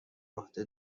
عهده